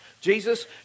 Jesus